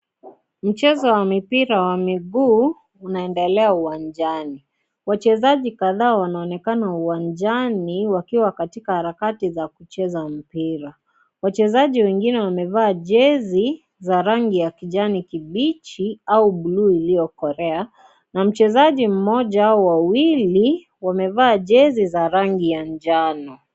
Mchezo wa mipira wa miguu unaendelea uwanjani, wachezaji kadhaa wanaonekana uwanjani wakiwa katika harakati za kucheza mpira, wachezaji wengine wamevaa jersey za rangi ya kijani kibichi au buluu uliyo korea na mchezaji mmoja ua wawili wamevaa jersey za rangi ya njano.